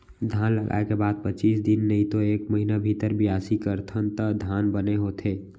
धान लगाय के बाद पचीस दिन नइतो एक महिना भीतर बियासी करथन त धान बने होथे